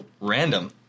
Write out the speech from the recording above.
random